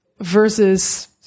versus